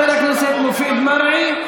חבר הכנסת מופיד מרעי,